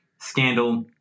scandal